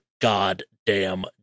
goddamn